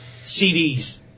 CDs